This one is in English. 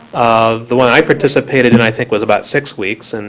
um the one i participated in, i think, was about six weeks, and,